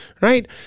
Right